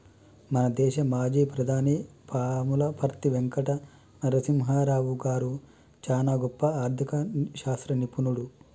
మన దేశ మాజీ ప్రధాని పాములపర్తి వెంకట నరసింహారావు గారు చానా గొప్ప ఆర్ధిక శాస్త్ర నిపుణుడు